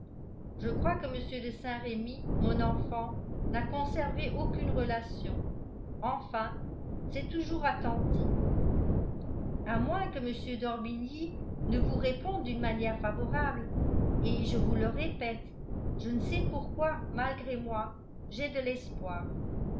je crois que m de saint-remy mon enfant n'a conservé aucune relation enfin c'est toujours à tenter à moins que m d'orbigny ne vous réponde d'une manière favorable et je vous le répète je ne sais pourquoi malgré moi j'ai de l'espoir